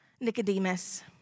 Nicodemus